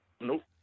Nope